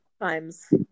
times